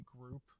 group